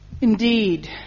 Indeed